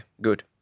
good